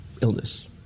illness